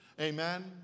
Amen